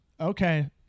Okay